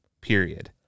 Period